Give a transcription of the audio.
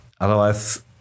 otherwise